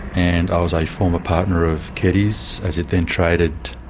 and i was a former partner of keddies, as it then traded,